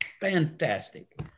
fantastic